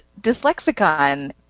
dyslexicon